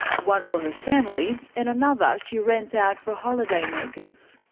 one for her family and another she rents out for holiday makers.